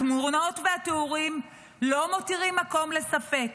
התמונות והתיאורים לא מותירים מקום לספק.